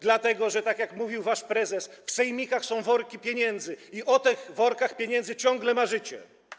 Dlatego że, tak jak mówił wasz prezes, w sejmikach są worki pieniędzy i o tych workach pieniędzy ciągle marzycie.